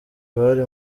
bari